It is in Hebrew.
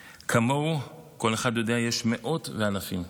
כמוהו, כל אחד יודע, יש מאות ואלפים.